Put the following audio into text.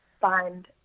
find